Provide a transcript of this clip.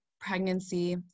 pregnancy